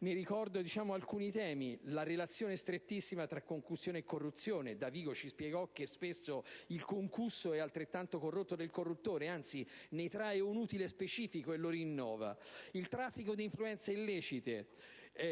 Ricordo alcuni temi, ad esempio la relazione strettissima tra concussione e corruzione: Davigo ci spiegò che spesso il concusso è altrettanto corrotto del corruttore, anzi, ne trae un utile specifico e lo rinnova; il traffico di influenze illecite,